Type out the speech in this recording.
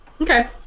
Okay